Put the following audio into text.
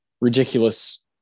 ridiculous